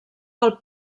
del